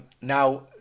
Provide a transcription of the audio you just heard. Now